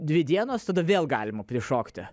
dvi dienos tada vėl galima prišokti